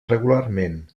regularment